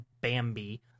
Bambi